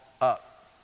up